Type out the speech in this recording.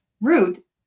root